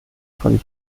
von